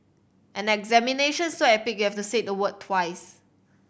an examination so epic you have to say the word twice